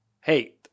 hey